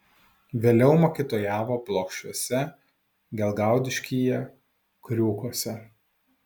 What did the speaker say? vėliau mokytojavo plokščiuose gelgaudiškyje kriūkuose